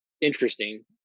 interesting